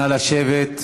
נא לשבת.